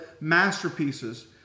masterpieces